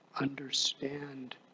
understand